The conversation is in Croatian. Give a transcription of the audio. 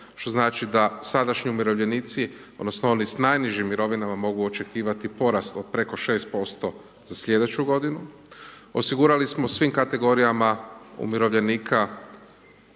što znači da sadašnji umirovljenici odnosno oni sa najnižim mirovinama mogu očekivat porast od preko 6% za sljedeću godinu. Osigurali smo svim kategorijama umirovljenika